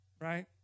right